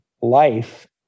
life